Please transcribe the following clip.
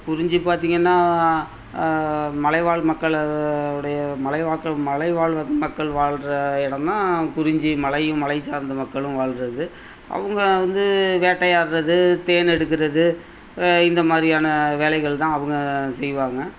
குறிஞ்சி பார்த்திங்கன்னா மலைவாழ் மக்களுயுடைய மலை வாக்கில் மலைவாழ் வந்து மக்கள் வாழ்ற இடம் தான் குறிஞ்சி மலையும் மலை சார்ந்த மக்களும் வாழ்றது அவங்க வந்து வேட்டையாடுறது தேன் எடுக்கறது இந்த மாதிரியான வேலைகள் தான் அவங்க செய்வாங்க